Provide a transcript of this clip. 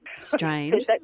Strange